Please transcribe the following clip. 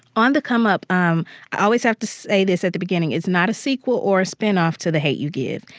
on the come up um i always have to say this at the beginning it's not a sequel or a spinoff to the hate u give.